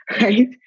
right